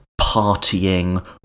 partying